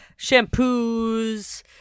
Shampoos